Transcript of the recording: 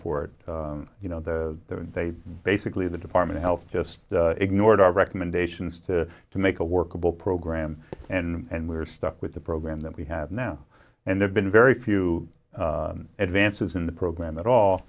for it you know the they basically the department health just ignored our recommendations to to make a workable program and we were stuck with the program that we have now and they've been very few advances in the program at all